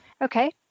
Okay